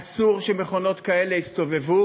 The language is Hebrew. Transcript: אסור שמכונות כאלה יסתובבו